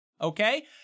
okay